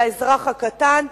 זה האזרח הקטן,